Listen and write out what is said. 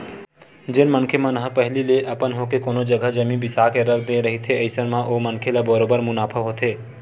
जेन मनखे मन ह पहिली ले अपन होके कोनो जघा जमीन बिसा के रख दे रहिथे अइसन म ओ मनखे ल बरोबर मुनाफा होथे